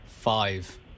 Five